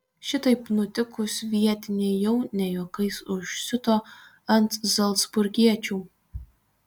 šitaip nutikus vietiniai jau ne juokais užsiuto ant zalcburgiečių